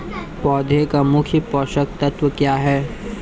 पौधे का मुख्य पोषक तत्व क्या हैं?